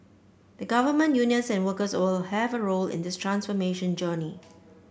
the government unions and workers all have a role in this transformation journey